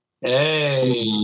Hey